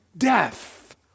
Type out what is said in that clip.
death